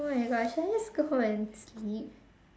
oh my gosh should I just go home and sleep